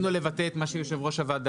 ניסינו לבטא את מה שאמר יושב ראש הוועדה.